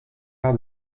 part